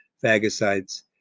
phagocytes